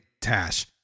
Tash